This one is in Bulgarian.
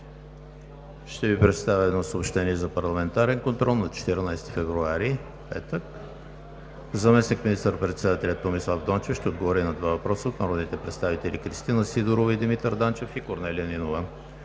Ще Ви представя съобщение за парламентарен контрол на 14 февруари 2020 г., петък: 1. Заместник министър-председателят Томислав Дончев ще отговори на два въпроса от народните представители Кристина Сидорова и Димитър Данчев; и Корнелия Нинова.